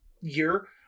year